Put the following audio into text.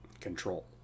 control